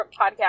podcast